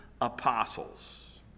apostles